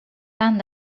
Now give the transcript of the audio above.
tant